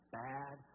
bad